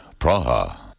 Praha